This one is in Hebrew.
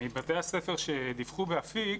מבתי הספר שדיווחו באפיק,